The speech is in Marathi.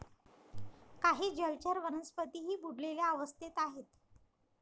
काही जलचर वनस्पतीही बुडलेल्या अवस्थेत आहेत